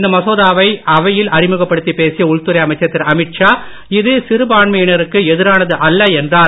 இந்த மசோதாவை அவையில் அறிமுகப்படுத்திப் பேசிய உள்துறை அமைச்சர் திரு அமீத்ஷா இது சிறுபான்மையினருக்கு எதிரானது அல்ல என்றார்